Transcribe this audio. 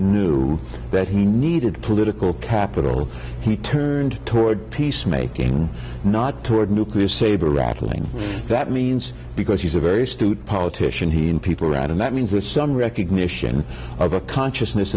knew that he needed political capital he turned toward peacemaking not toward nuclear saber rattling that means because he's a very stupid politician he and people around him that means there's some recognition of a consciousness